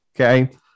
Okay